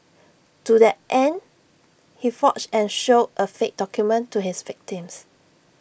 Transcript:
to that end he forged and showed A fake document to his victims